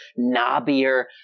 knobbier